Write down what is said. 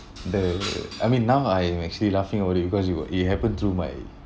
the I mean now I am actually laughing already because it were it happen through my